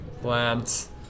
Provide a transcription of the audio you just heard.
plants